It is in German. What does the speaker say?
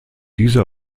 dieser